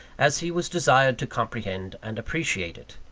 as he was desired to comprehend and appreciate it.